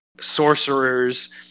sorcerers